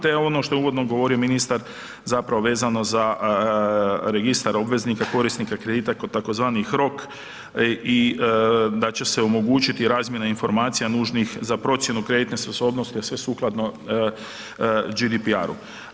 Te ono što je uvodno govorio ministar zapravo vezano za registar obveznika korisnika kredita kod tzv. rok i da će se omogućiti razmjena informacija nužnih za procjenu kreditne sposobnosti, a sve sukladno GDPR-u.